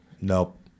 nope